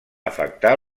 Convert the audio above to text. afectar